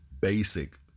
basic